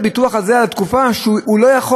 איזה כוח יש לו להתמודד עם ביורוקרטיה?